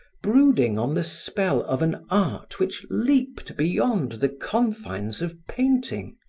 brooding on the spell of an art which leaped beyond the confines of painting,